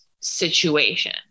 situation